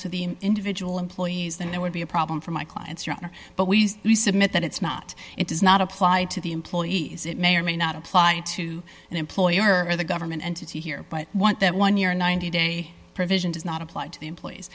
to the individual employees then there would be a problem for my clients your honor but we used to submit that it's not it does not apply to the employee as it may or may not apply to an employer or the government entity here but want that one year ninety day provision does not apply to the employees